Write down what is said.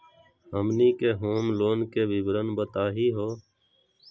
हमनी के home loan के विवरण बताही हो?